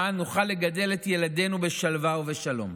למען שנוכל לגדל את ילדינו בשלווה ובשלום.